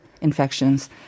infections